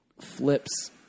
flips